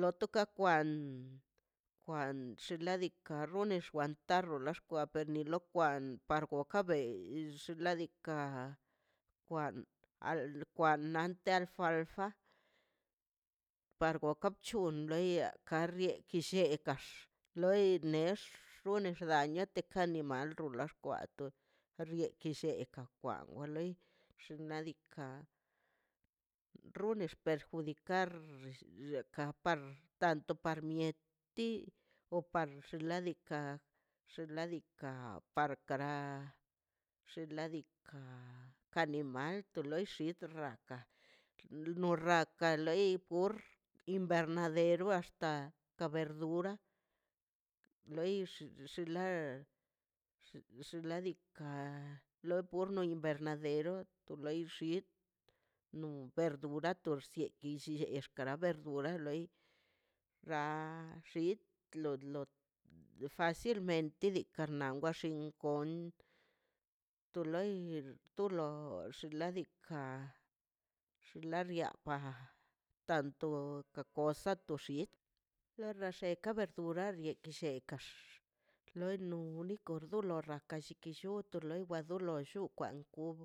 Lota ta kwan kwan xinladika rrunex xkwan ta rrulara xkwan tta kwanilo kwan para kwa baka bei xladika a kwan al kwan an te alfalfa par gokan bc̱hun lu ia ka rie llekax loi nex wone xda nex teka animal rron lo xkwato xiliete lleka dukwan go lei xnaꞌ diikaꞌ rrunex perjudicar lleka par tanto par mieti o par xladika xladika para kara xiladika kanimal tortuga loi xid rran gan nor rraka loi por invernadero axta ka verdura loi xinlai xin ladika lo bono invernadero tu lei xitꞌ no verdura tux sieꞌ dilla sie kara verdura loi la xid lo lo facilmente dii karnawa xinko to loi tu lo xinladika xinla riaka tanto ka kosa to to xit la raxeka verdura yeki shekkax loi ni lo unico gurgo laka llik to loi wa loi do lo llukan kub